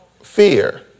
fear